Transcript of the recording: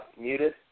muted